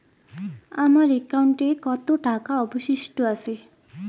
আমার একাউন্টে কত টাকা অবশিষ্ট আছে?